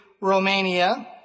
Romania